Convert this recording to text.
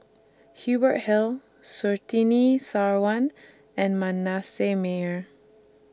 Hubert Hill Surtini Sarwan and Manasseh Meyer